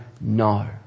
no